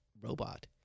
robot